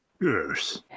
yes